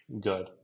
good